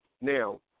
Now